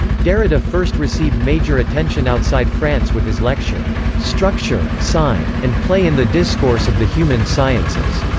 derrida first received major attention outside france with his lecture, structure, sign, and play in the discourse of the human sciences,